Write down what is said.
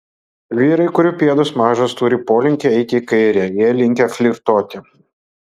vyrai kurių pėdos mažos turi polinkį eiti į kairę jie linkę flirtuoti